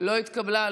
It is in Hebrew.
לא התקבלה.